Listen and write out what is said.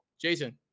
Jason